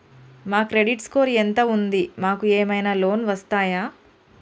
మా credit score ఎంత ఉంది? మాకు ఏమైనా లోన్స్ వస్తయా?